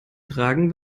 tragen